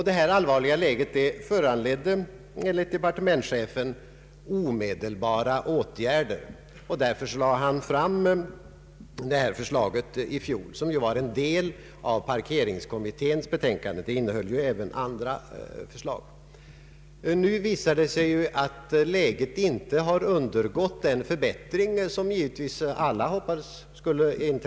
Detta allvarliga läge föranledde enligt departementschefen omedelbara åtgärder, och därför lade han fram detta förslag i fjol, som var en del av parkeringskommitténs betänkande. Detta innehöll ju även andra förslag. Nu visar det sig att läget inte har undergått en sådan förbättring som alla givetvis hoppades på.